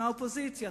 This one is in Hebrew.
מהאופוזיציה.